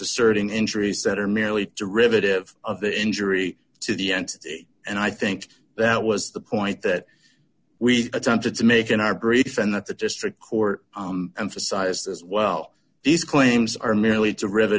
asserting injuries that are merely derivative of the injury to the end and i think that was the point that we attempted to make in our brief and that the district court and for size as well these claims are merely to r